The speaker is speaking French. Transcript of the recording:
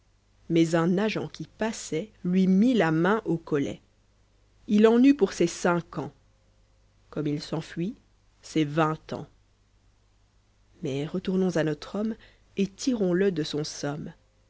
mais un agent qui passait lui mit la main au collet il en eut pour ses cinq ans comme il s'enfuit c'est vingt ans mais retournons à notre homme et tirons le de son somme